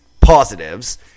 positives